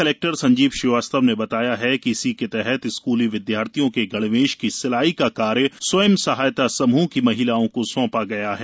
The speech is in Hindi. कलेक्टर संजीव श्रीवास्तव ने बताया है कि इसी के तहत स्कूली विद्यार्थियों के गणवेश की सिलाई का कार्य स्व सहायता समूह की महिलाओ को सौंपा गया है